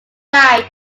died